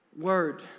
word